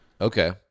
Okay